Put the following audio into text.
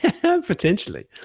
Potentially